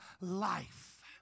life